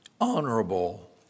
honorable